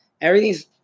Everything's